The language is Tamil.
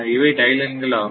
இவை டை லைன்கள் ஆகும்